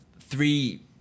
three